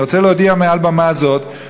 אני רוצה להודיע מעל במה זו,